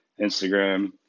Instagram